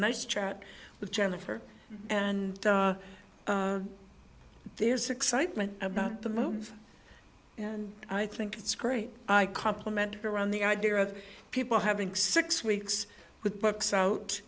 nice chat with jennifer and there's excitement about the move and i think it's great i compliment her on the idea of people having six weeks with books out